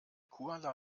kuala